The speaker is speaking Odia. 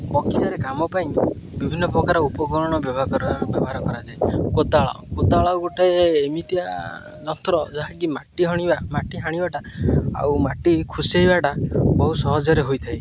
ବଗିଚାରେ କାମ ପାଇଁ ବିଭିନ୍ନପ୍ରକାର ଉପକରଣ ବ୍ୟବହାର କରାଯାଏ କୋଦାଳ କୋଦାଳ ଗୋଟେ ଏମିତିଆ ଯନ୍ତ୍ର ଯାହାକି ମାଟି ହାଣିବା ମାଟି ହାଣିବାଟା ଆଉ ମାଟି ଖୁସେଇବାଟା ବହୁ ସହଜରେ ହୋଇଥାଏ